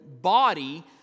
body